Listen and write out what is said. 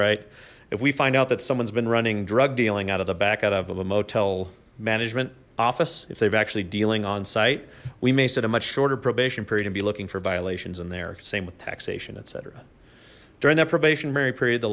right if we find out that someone's been running drug dealing out of the back out of of a motel management office if they've actually dealing on site we may set a much shorter probation period and be looking for violations in there same with taxation etc during that probationary period the